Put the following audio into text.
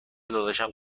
داداشم